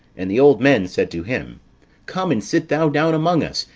and the old men said to him come, and sit thou down among us,